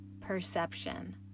perception